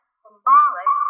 symbolic